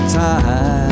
time